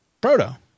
Proto